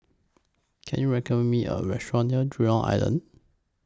Can YOU recommend Me A Restaurant near Jurong Island